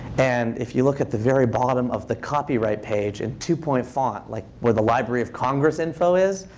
and if you look at the very bottom of the copyright page, in two-point font, like where the library of congress info is,